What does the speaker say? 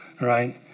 right